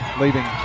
leaving